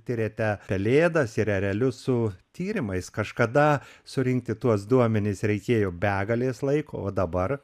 tiriate pelėdas ir erelius su tyrimais kažkada surinkti tuos duomenis reikėjo begalės laiko o dabar